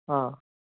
ആ